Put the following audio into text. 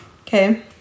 Okay